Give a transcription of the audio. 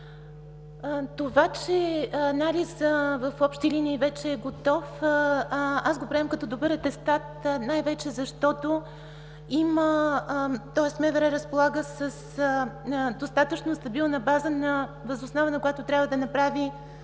Това, че анализът в общи линии вече е готов, аз го приемам като добър атестат най-вече защото МВР разполага с достатъчно стабилна база, въз основа на която трябва да направи